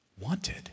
Wanted